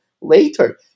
later